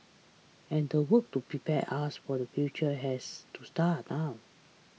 and the work to prepare us for the future has to start now